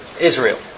Israel